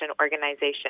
Organization